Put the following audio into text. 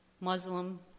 Muslim